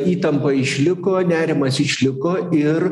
įtampa išliko nerimas išliko ir